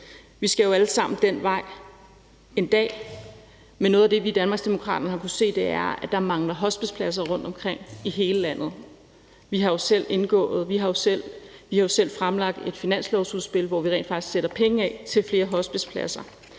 Vi skal jo alle sammen den vej en dag, men noget af det, vi i Danmarksdemokraterne har kunnet se, er, at der mangler hospicepladser rundtomkring i hele landet. Vi har jo selv fremlagt et finanslovsudspil, hvor vi rent faktisk sætter penge af til flere hospicepladser,